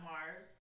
Mars